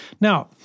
Now